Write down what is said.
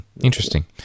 interesting